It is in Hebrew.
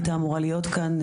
הייתה אמורה להיות כאן,